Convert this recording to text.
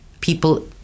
people